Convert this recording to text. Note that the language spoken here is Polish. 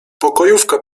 pokojówka